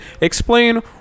explain